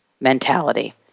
mentality